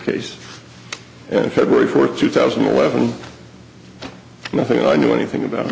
case and february fourth two thousand and eleven nothing i knew anything about